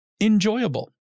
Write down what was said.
enjoyable